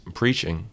preaching